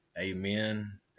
Amen